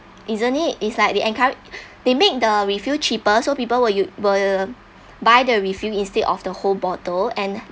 isn't it it's like they encou~ they make the refill cheaper so people will you were buy the refill instead of the whole bottle and